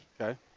Okay